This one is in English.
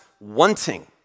wanting